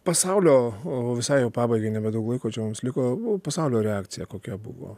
pasaulio visai jau pabaigai nebedaug laiko čia mums liko pasaulio reakcija kokia buvo